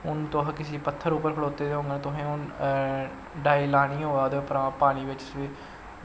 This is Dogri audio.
हून तुस किसे पत्थर उप्पर खड़ोते दे होंगन तुसें हून डाई लानी होए ओह्दे उप्परा पानी बिच्च